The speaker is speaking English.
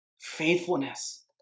Faithfulness